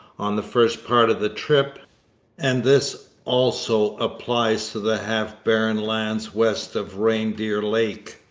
on the first part of the trip and this also applies to the half-barren lands west of reindeer lake.